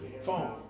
phone